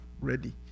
ready